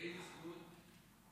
באיזה זכות?